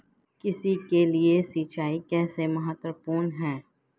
कृषि के लिए सिंचाई कैसे महत्वपूर्ण है?